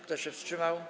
Kto się wstrzymał?